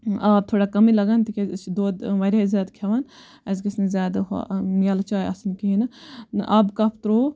آب تھوڑا کمے لَگان تکیاز أسۍ چھِ دۄد واریاہ زیاد کھیٚوان اَسہِ گَژھِ نہٕ زیادٕ ہُہ یَلہٕ چاٖ آسٕنۍ کِہیٖنۍ نہٕ آبہٕ کَپ تروٚو